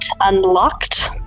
unlocked